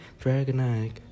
Dragonite